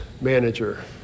manager